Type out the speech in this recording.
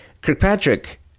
Kirkpatrick